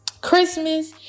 Christmas